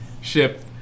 ship